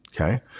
okay